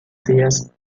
sillas